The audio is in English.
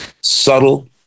subtle